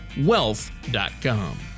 Wealth.com